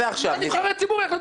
נבחרי הציבור יחליטו על פטור ממכרז.